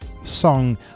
song